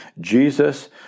Jesus